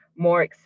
more